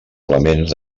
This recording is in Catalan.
elements